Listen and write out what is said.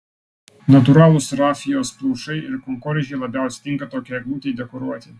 natūralūs rafijos plaušai ir kankorėžiai labiausiai tinka tokiai eglutei dekoruoti